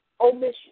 omission